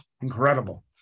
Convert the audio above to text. incredible